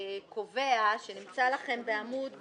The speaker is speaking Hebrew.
ההון העצמי המזערי שנדרש ממוסד לגמילות